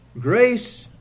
grace